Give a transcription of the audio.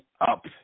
up